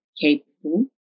capable